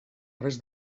res